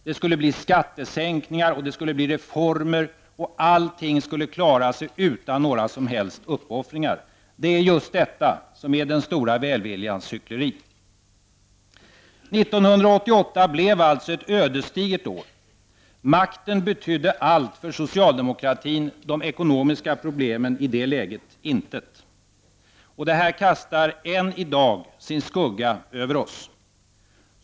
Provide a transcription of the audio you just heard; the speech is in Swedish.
Det skulle bli skattesänkningar och reformer, och allt skulle klaras av utan några som helst uppoffringar. Det är just detta som är den stora välviljans hyckleri. 1988 blev alltså ett ödesdigert år. Makten betydde allt för socialdemokratin, och de ekonomiska problemen intet i det läget. Det här kastar än i dag sin skugga över oss.